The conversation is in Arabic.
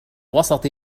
وسط